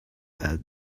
had